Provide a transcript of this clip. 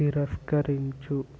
తిరస్కరించు